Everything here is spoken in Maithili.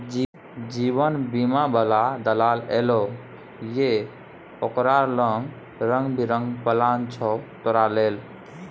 जीवन बीमा बला दलाल एलौ ये ओकरा लंग रंग बिरंग पिलान छौ तोरा लेल